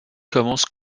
commence